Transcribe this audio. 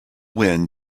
wind